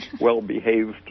well-behaved